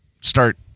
start